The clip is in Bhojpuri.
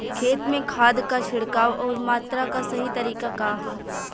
खेत में खाद क छिड़काव अउर मात्रा क सही तरीका का ह?